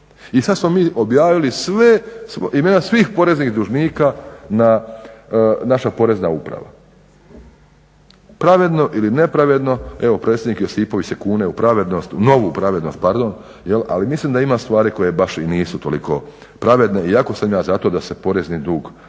I sada smo mi objavili imena svih poreznih dužnika na naša Porezna uprava. Pravedno ili nepravedno. Evo predsjednik Josipović se kune u pravednost, u novu pravednost pardon, ali mislim da ima stvari koje baš i nisu toliko pravedne iako sam ja zato da se porezni dug treba